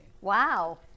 Wow